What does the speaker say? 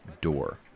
door